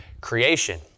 creation